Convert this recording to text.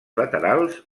laterals